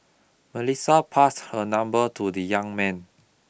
Melissa passed her number to the young man